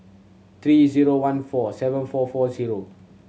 three zero one four seven four four zero